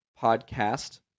podcast